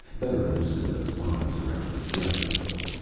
better loosen those vines around the dressing a little.